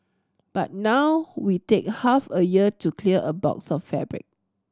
but now we take half a year to clear a box of fabric